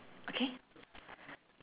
okay